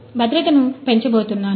యంత్రాన్ని ఉపయోగించవచ్చు